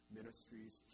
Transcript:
ministries